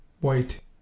white